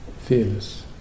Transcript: fearless